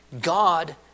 God